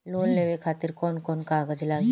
Loan लेवे खातिर कौन कौन कागज लागी?